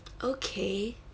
okay